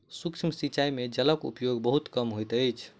सूक्ष्म सिचाई में जलक उपयोग बहुत कम होइत अछि